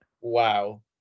wow